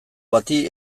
bati